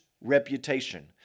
reputation